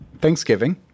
Thanksgiving